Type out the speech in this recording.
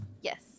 Yes